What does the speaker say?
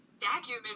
vacuum